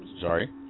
sorry